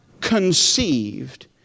conceived